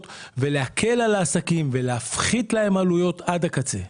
ולהקל על העסקים ולהפחית להם עלויות עד הקצה.